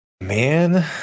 Man